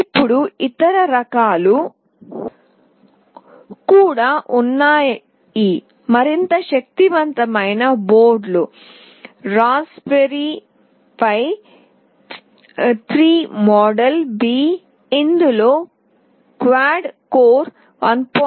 ఇప్పుడు ఇతర రకాలు కూడా ఉన్నాయిమరింత శక్తివంతమైన బోర్డులు రాస్ప్బెర్రీ పిఐ 3 మోడల్ బి ఇందులో క్వాడ్ కోర్ 1